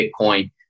Bitcoin